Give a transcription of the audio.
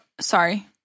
sorry